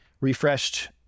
refreshed